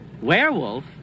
Werewolf